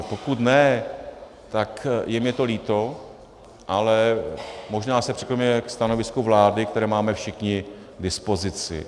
Pokud ne, tak je mi to líto, ale možná se připojíme ke stanovisku vlády, které máme všichni k dispozici.